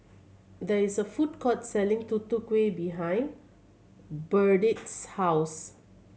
there is a food court selling Tutu Kueh behind Burdette's house